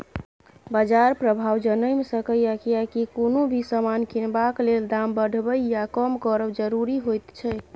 बाजार प्रभाव जनैम सकेए कियेकी कुनु भी समान किनबाक लेल दाम बढ़बे या कम करब जरूरी होइत छै